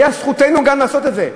הייתה זכותנו גם לעשות את זה,